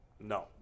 No